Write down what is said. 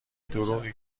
دروغی